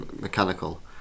mechanical